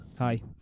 Hi